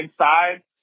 inside